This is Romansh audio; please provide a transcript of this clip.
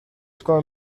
sco